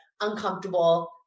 uncomfortable